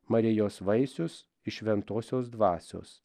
marijos vaisius iš šventosios dvasios